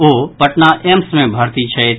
ओ Patna AIIMS मे भर्ती छथि